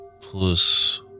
plus